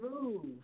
move